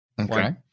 Okay